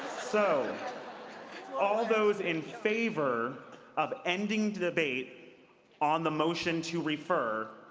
so all those in favor of ending debate on the motion to refer,